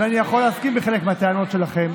ואני יכול להסכים עם חלק מהטענות שלכם,